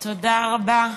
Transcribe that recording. תודה רבה,